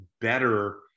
better